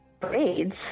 braids